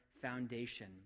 foundation